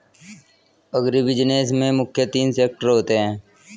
agribusiness में मुख्य तीन सेक्टर होते है